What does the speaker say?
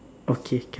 okay can